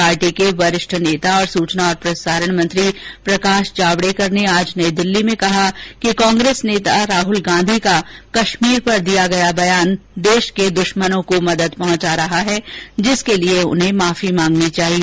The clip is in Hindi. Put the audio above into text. पार्टी के वरिष्ठ नेता और सुचना और प्रसारण मंत्री प्रकाश जावडेकर ने आज नई दिल्ली में कहा कि कांग्रेस नेता राहुल गांधी का कश्मीर पर दिया गया बयान देश के दुश्मनों को मदद पहुंचा रहा है जिसके लिए उन्हें माफी मांगनी चाहिए